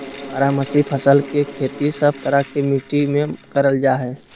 बारहमासी फसल के खेती सब तरह के मिट्टी मे करल जा हय